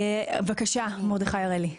בבקשה, מרדכי הראלי.